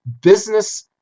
business